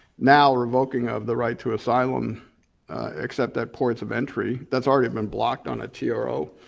now revoking of the right to asylum except at ports of entry, that's already been blocked on a tro.